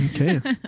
Okay